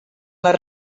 les